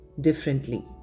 differently